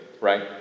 right